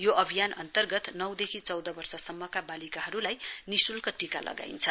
यो अभियान अन्तर्गत नौदेखि चौध वर्ष सम्मका बालिकाहरूलाई निशुल्क टीका लगाइन्छ